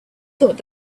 thought